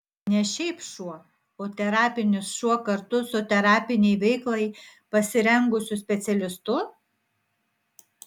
ne šiaip šuo o terapinis šuo kartu su terapinei veiklai pasirengusiu specialistu